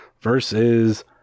versus